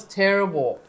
terrible